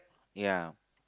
ya